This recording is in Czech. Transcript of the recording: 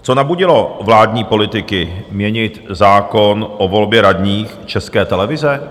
Co nabudilo vládní politiky měnit zákon o volbě radních České televize?